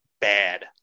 bad